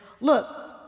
look